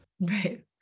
Right